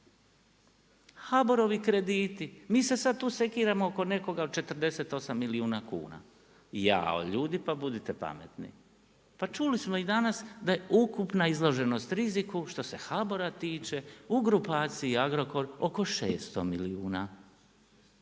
HBOR-ovi krediti, mi se sada tu sekiramo oko nekoga od 48 milijuna kuna. Jao ljudi pa budite pametni, pa čuli smo i danas da je ukupna izloženost riziku što se HBOR-a tiče u grupaciji Agrokor oko 600 milijuna.